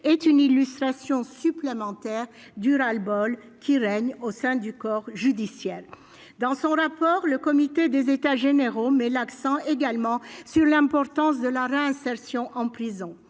une illustration supplémentaire du ras-le-bol qui règne au sein du corps judiciaire. Dans son rapport, le comité des États généraux met également l'accent sur l'importance de la réinsertion en prison.